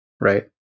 right